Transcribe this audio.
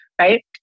right